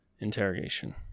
Interrogation